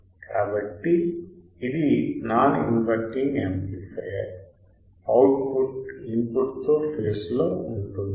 కాబట్టి ఇది non inverting amplifier output input తో ఫేజ్లో ఉంటుంది